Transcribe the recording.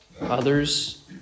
others